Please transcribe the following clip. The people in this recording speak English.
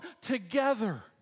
together